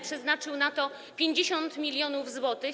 Przeznaczył na to 50 mln zł.